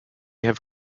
have